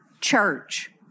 church